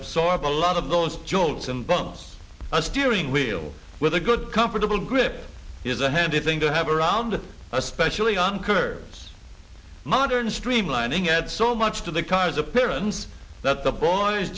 absorb a lot of those jolts and bumps the steering wheel with a good comfortable grip is a handy thing to have around especially on curves modern streamlining at so much to the car's appearance that the b